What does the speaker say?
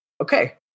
okay